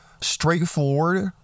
straightforward